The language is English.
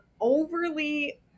overly